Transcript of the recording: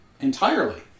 entirely